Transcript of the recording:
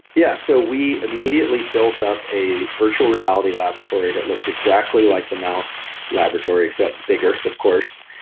yeah, so we immediately built up a virtual reality laboratory that looked exactly like the mouse laboratory, except bigger, of course.